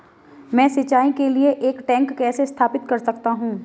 मैं सिंचाई के लिए एक टैंक कैसे स्थापित कर सकता हूँ?